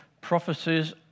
Prophecies